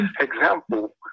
example